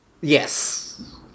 Yes